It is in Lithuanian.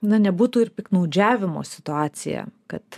na nebūtų ir piktnaudžiavimo situacija kad